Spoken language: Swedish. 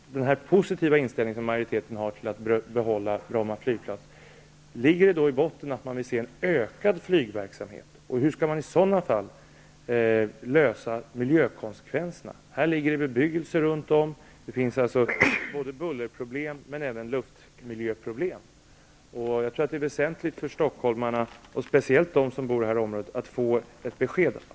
Bromma flygplats grundas på att man vill se en ökad flygverksamhet. Hur skall man i så fall lösa miljökonsekvenserna? Det ligger bebyggelse runt om. Det finns både bullerproblem och luftmiljöproblem. Det är väsentligt för stockholmarna och speciellt för dem som bor i detta område att få ett besked.